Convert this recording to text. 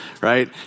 right